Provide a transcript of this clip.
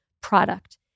product